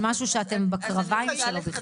בסדר, סתם נתתי דוגמא של משהו שאתם בקרביים שלו.